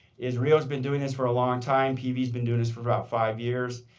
is rio has been doing this for a long time. pv has been doing this for about five years.